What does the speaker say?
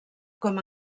com